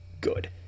good